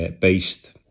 based